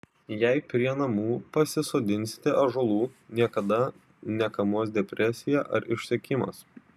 jei prie namų pasisodinsite ąžuolų niekada nekamuos depresija ar išsekimas